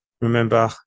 remember